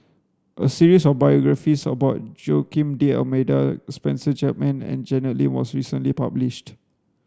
a series of biographies about Joaquim D'almeida Spencer Chapman and Janet Lim was recently published